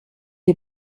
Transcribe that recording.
est